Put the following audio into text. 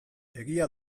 egia